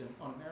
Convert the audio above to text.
on